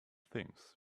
things